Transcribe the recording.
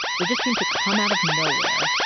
they just seemed to come out of nowhere,